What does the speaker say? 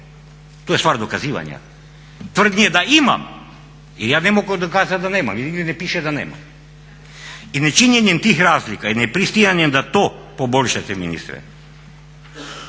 To je stvar dokazivanja, tvrdnje da imam, jer ja ne mogu dokazati da nemam, jer nigdje ne piše da nemam. I nečinjenjem tih razlika i nepristajanjem da to poboljšate ministre